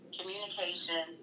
communication